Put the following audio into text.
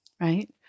right